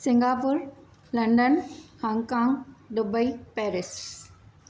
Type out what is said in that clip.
Singapore London Hong Kong Dubai Paris